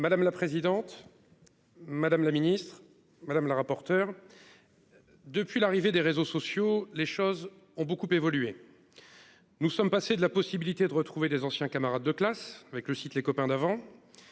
Madame la présidente. Madame la ministre madame la rapporteure. Depuis l'arrivée des réseaux sociaux, les choses ont beaucoup évolué. Nous sommes passés de la possibilité de retrouver des anciens camarades de classe avec le site Les Copains d'avant.